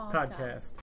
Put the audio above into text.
Podcast